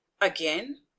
again